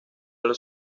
los